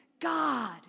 God